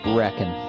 reckon